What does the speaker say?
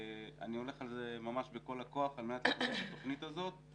ואני הולך על זה ממש בכל הכוח על מנת --- את התוכנית הזאת,